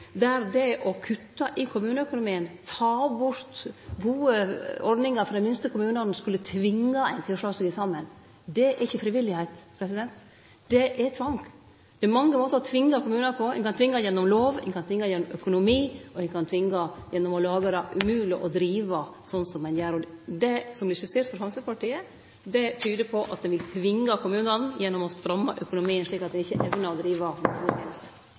det å kutte i kommuneøkonomien og ta bort gode ordningar for dei minste kommunane, skulle tvinge dei til å slå seg saman. Det er ikkje frivilligheit, det er tvang. Det er mange måtar å tvinge kommunar på. Ein kan tvinge gjennom lov, ein kan tvinge gjennom økonomi, og ein kan tvinge gjennom å gjere det umogleg å drive slik ein gjer i dag. Det som blir skissert frå Framstegspartiet, tyder på at ein vil tvinge kommunane gjennom å stramme inn økonomien, slik at dei ikkje evnar å